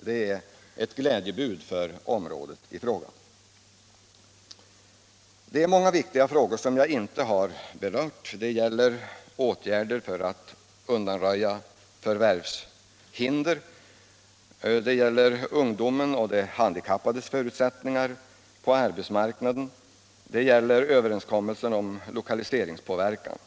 Det blir i så fall ett glädjebud för Vindelådalen. Många viktiga frågor har jag här inte berört, t.ex. åtgärder för att undanröja förvärvshinder, ungdomens och de handikappades förutsättningar på arbetsmarknaden och överenskommelse om lokaliseringens påverkan.